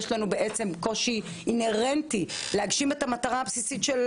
יש לנו קושי אינהרנטי להגשים את המטרה הבסיסית של